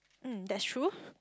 mm that's true